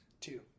Two